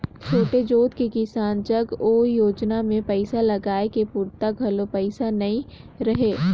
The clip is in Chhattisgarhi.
छोटे जोत के किसान जग ओ योजना मे पइसा लगाए के पूरता घलो पइसा नइ रहय